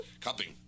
cupping